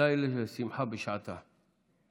די לשמחה בשעתה.